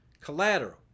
collateral